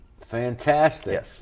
Fantastic